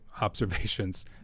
observations